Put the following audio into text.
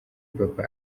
papa